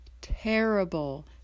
terrible